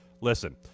listen